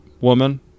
woman